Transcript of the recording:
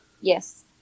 Yes